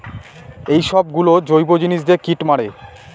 এইসব গুলো জৈব জিনিস দিয়ে কীট মারে